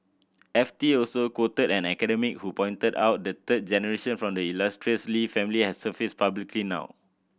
F T also quoted an academic who pointed out the third generation from the illustrious Lee family has surfaced publicly now